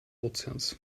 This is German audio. ozeans